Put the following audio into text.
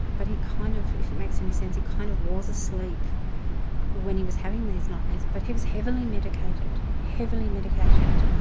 but, kind of if it makes any sense, he kind of was asleep when he was having these nightmares. but he was heavily medicated, heavily medicated,